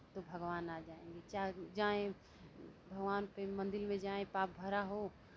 तो भगवान आ जायेंगे चाहे जाएँ भगवान पे मंदिर में जाएँ पाप भरा हो